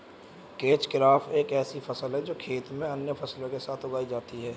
catch crop एक ऐसी फसल है जो खेत में अन्य फसलों के साथ उगाई जाती है